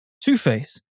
Two-Face